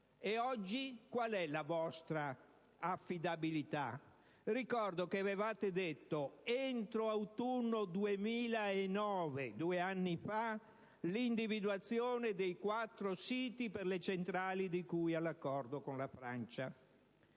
e oggi, qual è la vostra affidabilità? Ricordo che avevate detto che entro l'autunno del 2009 (due anni fa) vi sarebbe stata l'individuazione dei quattro siti per le centrali di cui all'accordo con la Francia